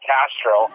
Castro